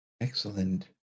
Excellent